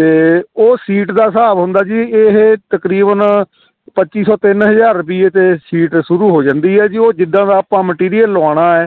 ਅਤੇ ਉਹ ਸੀਟ ਦਾ ਹਿਸਾਬ ਹੁੰਦਾ ਜੀ ਇਹ ਤਕਰੀਬਨ ਪੱਚੀ ਸੌ ਤਿੰਨ ਹਜ਼ਾਰ ਰੁਪਈਏ 'ਤੇ ਸੀਟ ਸ਼ੁਰੂ ਹੋ ਜਾਂਦੀ ਹੈ ਜੀ ਉਹ ਜਿੱਦਾਂ ਦਾ ਆਪਾਂ ਮਟੀਰੀਅਲ ਲਵਾਉਣਾ ਹੈ